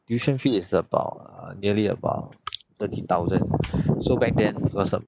tuition fee is about uh nearly about thirty thousand so back then because um